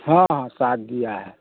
हाँ साथ दिया है